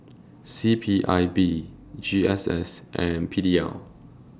C P I B G S S and P D L